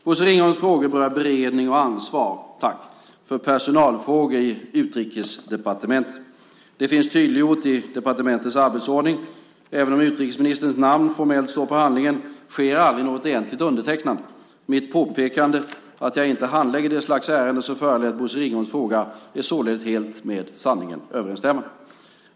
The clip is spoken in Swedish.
Bosse Ringholms fråga berör beredning och ansvar för personalfrågor i Utrikesdepartementet. Detta finns tydliggjort i departementets arbetsordning. Även om utrikesministerns namn formellt står på handlingen sker aldrig något egentligt undertecknande. Mitt påpekande att jag inte handlägger det slags ärenden som föranlett Bosse Ringholms fråga är således helt med sanningen överensstämmande.